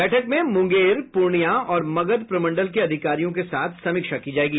बैठक में मुंगेर पूर्णियां और मगध प्रमंडल के अधिकारियों के साथ समीक्षा की जायेगी